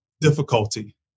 difficulty